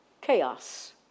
chaos